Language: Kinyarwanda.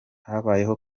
habaye